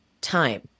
time